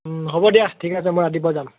হ'ব দিয়া ঠিক আছে মই ৰাতিপুৱা যাম